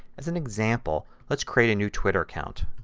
as an example let's create a new twitter account.